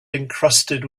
encrusted